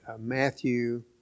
Matthew